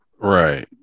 Right